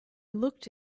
looked